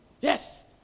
yes